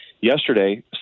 yesterday